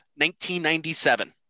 1997